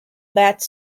bath